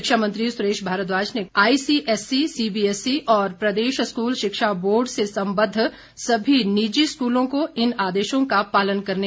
शिक्षा मंत्री सुरेश भारद्वाज ने कहा है कि सभी आईसी एसई सीबीएसई और प्रदेश स्कूल शिक्षा बोर्ड संबद्ध सभी निजी स्कूल इन आदेशों का पालन करें